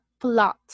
plot